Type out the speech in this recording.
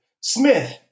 Smith